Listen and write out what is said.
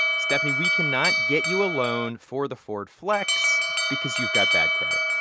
stephanie, we cannot get you a loan for the ford flex because you've got bad credit.